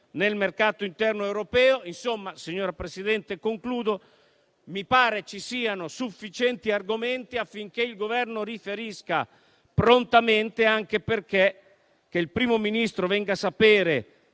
sul mercato interno europeo. Insomma, signora Presidente, credo, in conclusione, che ci siano sufficienti argomenti affinché il Governo riferisca prontamente anche perché il fatto che il primo Ministro venga a saperlo